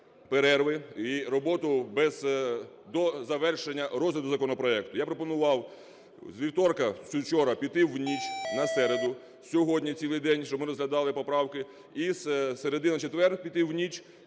перерви і роботу до завершення розгляду законопроекту. Я пропонував з вівторка, вчора, піти в ніч на середу, сьогодні цілий день, щоб ми розглядали поправки, і з середи на четвер піти в ніч,